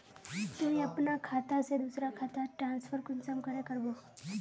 तुई अपना खाता से दूसरा खातात ट्रांसफर कुंसम करे करबो?